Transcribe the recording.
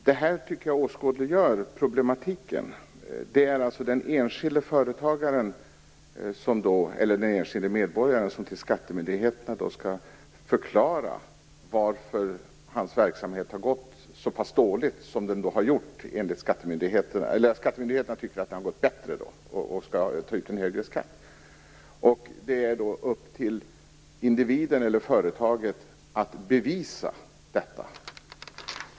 Herr talman! Jag tycker att detta åskådliggör problematiken. Det är alltså den enskilde företagaren eller medborgaren som till skattemyndigheterna skall förklara varför hans verksamhet har gått så pass dåligt som den har gjort, då skattemyndigheten tycker att verksamheten har gått bättre och därför skall ta ut en högre skatt. Det är då upp till individen eller företaget att bevisa detta.